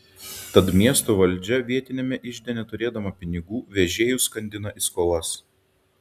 tad miesto valdžia vietiniame ižde neturėdama pinigų vežėjus skandina į skolas